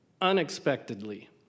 unexpectedly